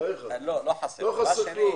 לא חסר כלום.